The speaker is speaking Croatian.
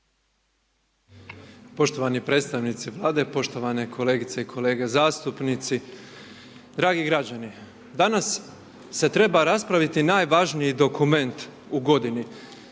Poštovani predstavnici Vlade, poštovane kolegice i kolege zastupnici. Dragi građani, danas se treba raspraviti najvažniji dokument u godini.